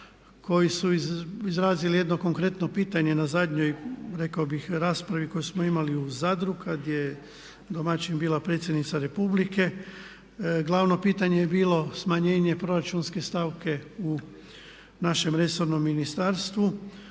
koji su izrazili jedno konkretno pitanje na zadnjoj rekao bih raspravi koju smo imali u Zadru kada je domaćin bila predsjednica Republike. Glavno pitanje je bilo smanjenje proračunske stavke u našem resornom ministarstvu.